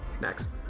Next